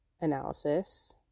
analysis